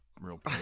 real